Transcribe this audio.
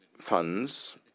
funds